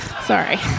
Sorry